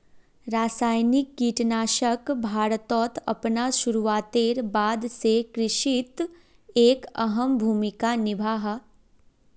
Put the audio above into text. रासायनिक कीटनाशक भारतोत अपना शुरुआतेर बाद से कृषित एक अहम भूमिका निभा हा